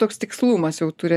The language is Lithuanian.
toks tikslumas jau turi